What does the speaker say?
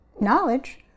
knowledge